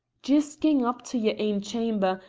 jist gang up to yer ain chaumer,